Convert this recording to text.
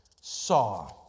saw